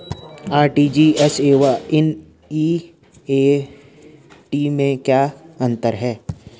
RTGS एवं NEFT में क्या अंतर है?